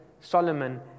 Solomon